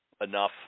enough